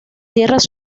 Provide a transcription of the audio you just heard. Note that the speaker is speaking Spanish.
tierras